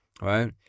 right